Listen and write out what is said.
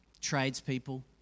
tradespeople